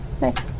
Nice